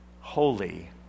holy